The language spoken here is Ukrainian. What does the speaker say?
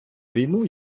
війну